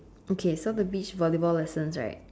okay so the beach volleyball lessons right